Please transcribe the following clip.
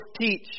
teach